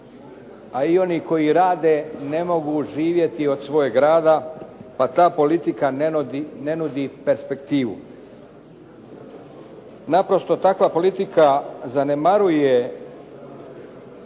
a i oni koji rade ne mogu živjeti od svojeg rada pa ta politika ne nudi perspektivu. Naprosto takva politika zanemaruje